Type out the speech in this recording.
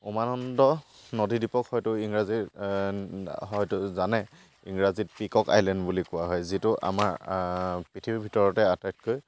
উমানন্দ নদী দ্বীপক হয়তো ইংৰাজে হয়তো জানে ইংৰাজীত পিকক আইলেণ্ড বুলি কোৱা হয় যিটো আমাৰ পৃথিৱীৰ ভিতৰতে আটাইতকৈ